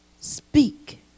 speak